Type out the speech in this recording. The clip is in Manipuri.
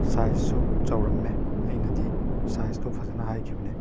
ꯁꯥꯏꯖꯁꯨ ꯆꯥꯎꯔꯝꯃꯦ ꯑꯩꯅꯗꯤ ꯁꯥꯏꯖꯇꯣ ꯐꯖꯅ ꯍꯥꯏꯈꯤꯕꯅꯦ